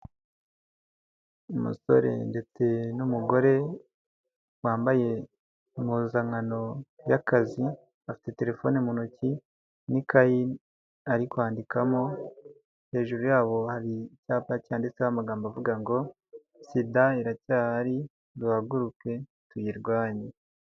Umusore ndetse n'umugore wambaye impuzankano y'akazi, afite telefone mu ntoki n'ikayi ari kwandikamo, hejuru yabo hari icyapa cyanditseho amagambo avuga ngo Sida iracyahari duhaguruke tuyirwanye.